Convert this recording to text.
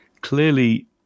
clearly